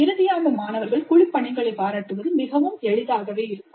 இறுதி ஆண்டு மாணவர்கள் குழுப் பணிகளைப் பாராட்டுவது மிகவும் எளிதாகவே இருக்கும்